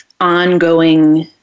ongoing